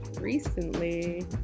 recently